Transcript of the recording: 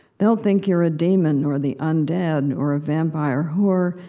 they'll think you're a demon, or the undead, or a vampire whore,